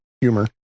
humor